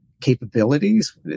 capabilities